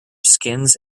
skins